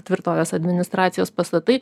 tvirtovės administracijos pastatai